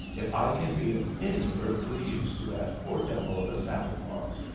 if i can be of any earthly use to that poor devil of a santa claus.